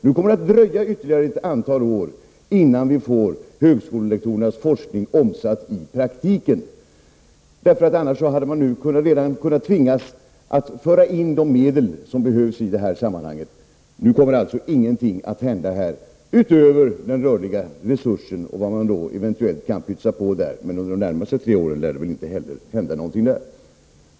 Nu kommer det att dröja ytterligare ett antal år innan vi får högskolelektorernas forskning omsatt i praktiken. Annars hade man nu kunnat tvingas att föra in de medel som behövs i det här sammanhanget. Nu kommer alltså ingenting att hända utöver den rörliga resursen och vad man då eventuellt kan pytsa på där, men under de närmaste tre åren lär det väl inte hända någonting där heller.